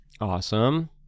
Awesome